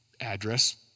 address